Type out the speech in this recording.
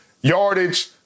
yardage